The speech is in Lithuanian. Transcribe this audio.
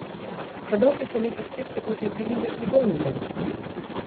kada oficialiai paskirs į kokią apylinkės ligoninę